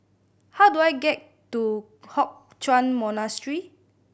how do I get to Hock Chuan Monastery